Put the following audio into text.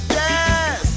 yes